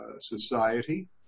society